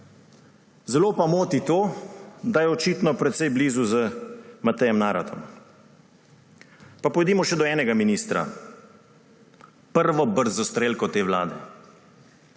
Zelo pa moti to, da si je očitno precej blizu z Matejem Naratom. Pojdimo še do enega ministra, prve brzostrelke te vlade.